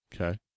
Okay